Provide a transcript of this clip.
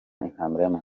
intambara